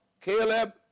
Caleb